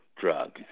drug